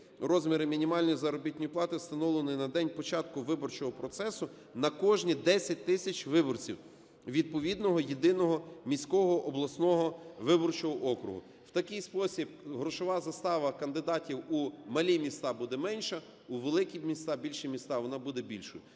розміри мінімальної заробітної плати, встановленої на день початку виборчого процесу, на кожні 10 тисяч виборців відповідного єдиного міського (обласного) виборчого округу". В такий спосіб грошова застава кандидатів у малі міста буде менша, у великі міста, більші міста вона буде більшою.